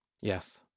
Yes